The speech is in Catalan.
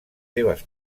seves